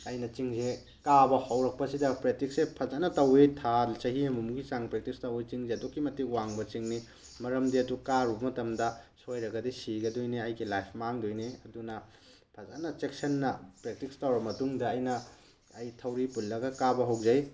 ꯑꯩꯅ ꯆꯤꯡꯁꯦ ꯀꯥꯕ ꯍꯧꯔꯛꯄꯁꯤꯗ ꯄ꯭ꯔꯦꯛꯇꯤꯁꯁꯦ ꯐꯖꯅ ꯇꯧꯏ ꯊꯥ ꯆꯍꯤ ꯑꯃꯃꯨꯛꯀꯤ ꯆꯥꯡ ꯄ꯭ꯔꯦꯛꯇꯤꯁ ꯇꯧꯏ ꯆꯤꯡꯁꯦ ꯑꯗꯨꯛꯀꯤ ꯃꯇꯤꯛ ꯋꯥꯡꯕ ꯆꯤꯡꯅꯤ ꯃꯔꯝꯗꯤ ꯑꯗꯨ ꯀꯥꯔꯨꯕ ꯃꯇꯝꯗ ꯁꯣꯏꯔꯒꯗꯤ ꯁꯤꯒꯗꯣꯏꯅꯤ ꯑꯩꯒꯤ ꯂꯥꯏꯐ ꯃꯥꯡꯗꯣꯏꯅꯤ ꯑꯗꯨꯅ ꯐꯖꯅ ꯆꯦꯛꯁꯤꯟꯅ ꯄ꯭ꯔꯦꯛꯇꯤꯁ ꯇꯧꯔꯕ ꯃꯇꯨꯡꯗ ꯑꯩꯅ ꯑꯩ ꯊꯧꯔꯤ ꯄꯨꯜꯂꯒ ꯀꯥꯕ ꯍꯧꯖꯩ